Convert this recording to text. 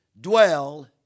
dwell